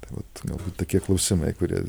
tad vat galbūt tokie klausimai kurie